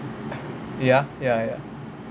ya ya ya ya